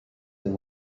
than